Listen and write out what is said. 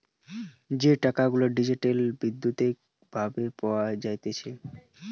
যে টাকা গুলা ডিজিটালি বৈদ্যুতিক ভাবে পাওয়া যাইতেছে